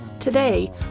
Today